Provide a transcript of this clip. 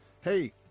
hey